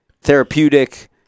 therapeutic